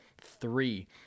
three